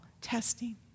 testing